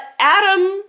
Adam